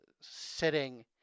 sitting